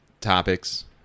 topics